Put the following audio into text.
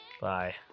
Bye